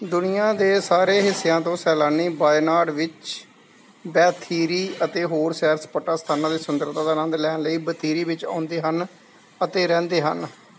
ਦੁਨੀਆਂ ਦੇ ਸਾਰੇ ਹਿੱਸਿਆਂ ਤੋਂ ਸੈਲਾਨੀ ਵਾਇਨਾਡ ਵਿੱਚ ਵੈਥੀਰੀ ਅਤੇ ਹੋਰ ਸੈਰ ਸਪਾਟਾ ਸਥਾਨਾਂ ਦੀ ਸੁੰਦਰਤਾ ਦਾ ਆਨੰਦ ਲੈਣ ਲਈ ਵਿਥੀਰੀ ਵਿੱਚ ਆਉਂਦੇ ਹਨ ਅਤੇ ਰਹਿੰਦੇ ਹਨ